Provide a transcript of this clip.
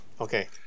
Okay